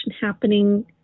happening